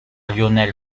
lionel